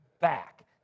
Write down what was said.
back